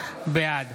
בעד